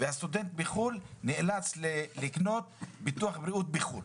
והסטודנט בחו"ל נאלץ לקנות ביטוח בריאות בחו"ל.